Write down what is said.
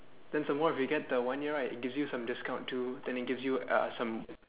then some more if you get the one year right it gives you some discounts too then it gives you uh some